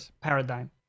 paradigm